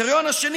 אדוני היושב-ראש,